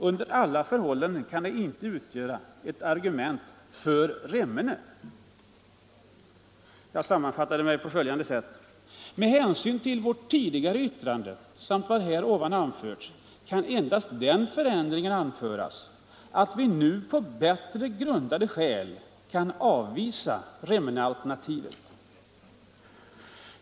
Under alla förhållanden kan det inte utgöra ett argument för Remmene.” Jag sammanfattade mig på följande sätt: ”Med hänvisning till vårt tidigare yttrande samt vad här ovan anförts kan endast den förändringen anföras, att vi på bättre grundade skäl nu kan avvisa Remmenealternativet.